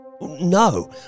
No